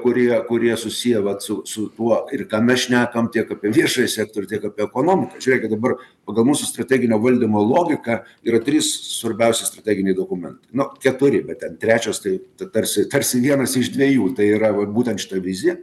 kurie kurie susiję vat su su tuo ir ką mes šnekam tiek apie viešąjį sektorių tiek apie ekonomiką žiūrėkit dabar pagal mūsų strateginio valdymo logiką yra trys svarbiausi strateginiai dokumentai nu keturi bet ten trečios tai tai tarsi tarsi vienas iš dviejų tai yra va būtent šitoj vizija